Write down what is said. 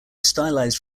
stylized